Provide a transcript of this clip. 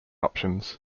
options